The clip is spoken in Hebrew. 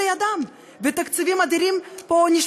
אליך, כי אתה בן אדם עם כיפה,